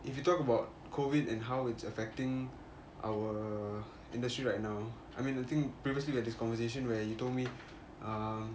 if you talk about COVID and how it's affecting our industry right now I mean I think previously we had this conversation where you told me uh